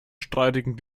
streitigen